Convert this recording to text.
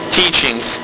teachings